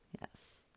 yes